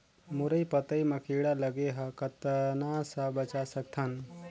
मुरई पतई म कीड़ा लगे ह कतना स बचा सकथन?